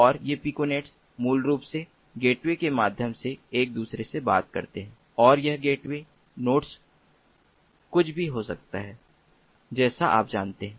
और ये पिकोनेट मूल रूप से गेटवे के माध्यम से एक दूसरे से बात करते हैं और यह गेटवे नोड्स कुछ भी हो सकता है जैसे आप जानते हैं